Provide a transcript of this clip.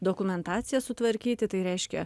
dokumentaciją sutvarkyti tai reiškia